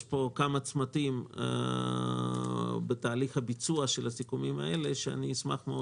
יש כמה צמתים בתהליך ביצוע הסיכומים האלה שאני אשמח מאוד